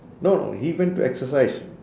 no he went to exercise